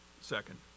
Second